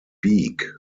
beak